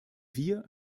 wir